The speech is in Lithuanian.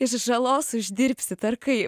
iš žalos uždirbsit ar kaip